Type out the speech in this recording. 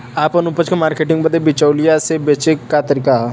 आपन उपज क मार्केटिंग बदे बिचौलियों से बचे क तरीका का ह?